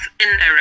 indirect